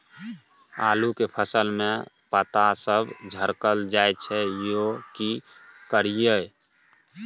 आलू के फसल में पता सब झरकल जाय छै यो की करियैई?